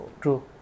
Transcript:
True